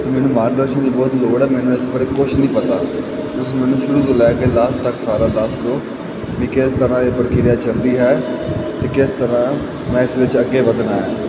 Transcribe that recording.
ਅਤੇ ਮੈਨੂੰ ਮਾਰਗਦਰਸ਼ਨ ਦੀ ਬਹੁਤ ਹੀ ਲੋੜ ਹੈ ਮੈਨੂੰ ਇਸ ਬਾਰੇ ਕੁਛ ਨਹੀਂ ਪਤਾ ਤੁਸੀਂ ਮੈਨੂੰ ਸ਼ੁਰੂ ਤੋਂ ਲੈ ਕੇ ਲਾਸਟ ਤੱਕ ਸਾਰਾ ਦੱਸ ਦਿਉ ਵੀ ਕਿਸ ਤਰ੍ਹਾਂ ਇਹ ਪ੍ਰਕਿਰਿਆ ਚਲਦੀ ਹੈ ਅਤੇ ਕਿਸ ਤਰ੍ਹਾਂ ਮੈਂ ਇਸ ਵਿੱਚ ਅੱਗੇ ਵਧਣਾ ਹੈ